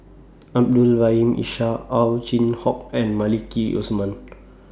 Abdul Rahim Ishak Ow Chin Hock and Maliki Osman